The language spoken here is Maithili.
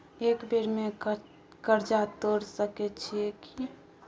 एक बेर में कर्जा तोर सके छियै की?